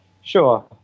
Sure